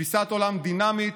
תפיסת עולם דינמית,